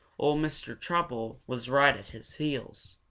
ol' mr. trouble was right at his heels.